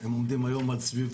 הם עומדים היום על סביב